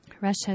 Russia